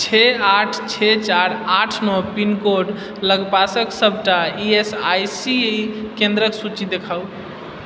छओ आठ छओ चारि आठ नओ पिनकोडके लगपासके सबटा ई एस आई सी केंद्रके सूची देखाउ